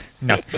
No